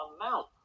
amount